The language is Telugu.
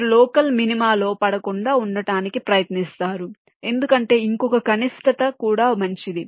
మీరు లోకల్ మినిమాలో పడకుండా ఉండటానికి ప్రయత్నిస్తారు ఎందుకంటే ఇంకొక కనిష్టత కూడా మంచిది